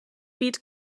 byd